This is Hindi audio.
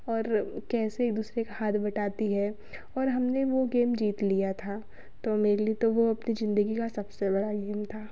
और कैसे एक दूसरे का हाथ बंटाती है और हमने वो गेम जीत लिया था तो मेरे लिए तो वो अपनी जिंदगी का सबसे बड़ा गेम था